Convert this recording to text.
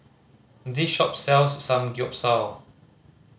this shop sells Samgyeopsal